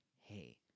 hey